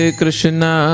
Krishna